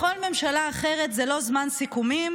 בכל ממשלה אחרת זה לא זמן סיכומים,